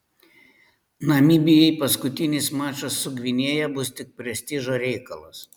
namibijai paskutinis mačas su gvinėja bus tik prestižo reikalas